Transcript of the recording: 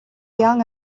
young